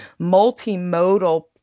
multimodal